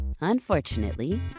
Unfortunately